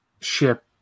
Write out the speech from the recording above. ship